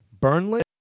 Burnley